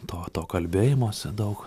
to to kalbėjimosi daug